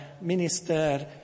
Minister